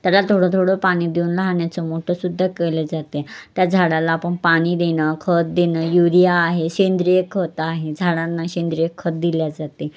त्याला थोडं थोडं पाणी देऊन लहानाचं मोठंसुद्धा केलं जाते त्या झाडाला आपण पाणी देणं खत देणं युरिया आहे सेंद्रिय खत आहे झाडांना सेंद्रिय खत दिल्या जाते